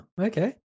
okay